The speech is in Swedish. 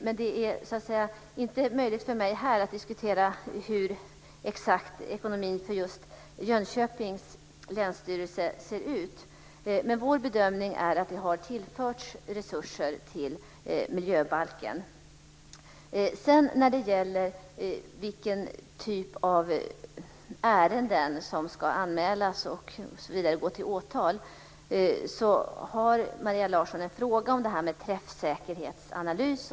Men det är inte möjligt för mig här att diskutera exakt hur ekonomin för just Jönköpings länsstyrelse ser ut. Men vår bedömning är att det har tillförts resurser till miljöbalken. När det gäller vilken typ av ärenden som ska anmälas och gå till åtal har Maria Larsson en fråga om träffsäkerhetsanalys.